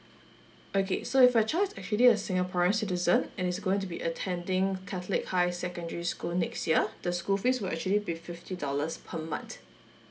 okay so if your child is actually a singaporean citizen and is going to be attending catholic high secondary school next year the school fees will actually be fifty dollars per month